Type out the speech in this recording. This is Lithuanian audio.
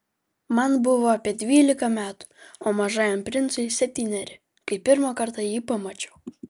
man buvo apie dvylika metų o mažajam princui septyneri kai pirmą kartą jį pamačiau